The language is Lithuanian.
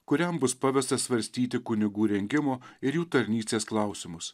kuriam bus pavesta svarstyti kunigų rengimo ir jų tarnystės klausimus